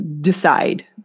decide